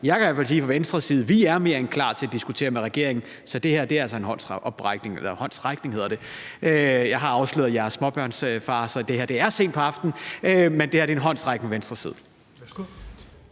Jeg kan i hvert fald sige fra Venstres side, at vi er mere end klar til at diskutere med regeringen. Så det her er altså en håndsoprækning – nej, håndsrækning hedder det. Jeg har afsløret, at jeg er småbørnsfar, så det her er sent på aftenen. Men det her er en håndsrækning fra Venstres side.